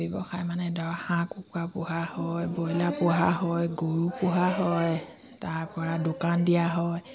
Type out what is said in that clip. ব্যৱসায় মানে ধৰক হাঁহ কুকুৰা পোহা হয় ব্ৰইলাৰ পোহা হয় গৰু পোহা হয় তাৰ পৰা দোকান দিয়া হয়